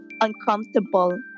uncomfortable